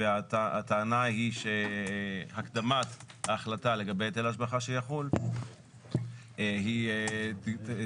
והטענה היא שהקדמת ההחלטה לגבי היטל השבחה שיחול היא תגביר